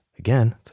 Again